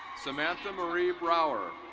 samantha marie brower.